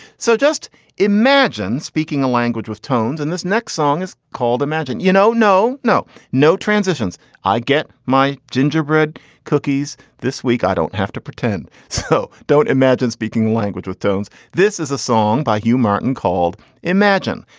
so just imagine speaking a language with tones. and this next song is called imagine, you know. no, no, no. transition's i get my gingerbread cookies this week. i don't have to pretend. so don't imagine speaking the language with tones. this is a song by hugh martin called imagine.